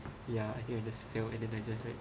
ya I think I just fell and then I just like